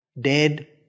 dead